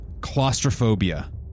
claustrophobia